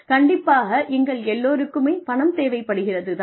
கண்டிப்பாக எங்கள் எல்லோருக்குமே பணம் தேவைப்படுகிறது தான்